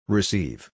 Receive